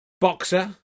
boxer